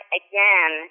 again